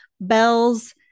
bells